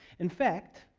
in fact,